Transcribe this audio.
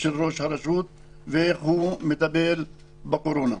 של ראש הרשות ואיך הוא מדבר על הקורונה.